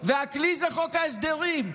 והכלי זה חוק ההסדרים.